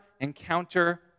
encounter